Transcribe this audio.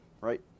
right